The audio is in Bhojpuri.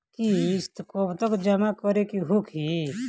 किस्त कब तक जमा करें के होखी?